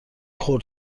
خرد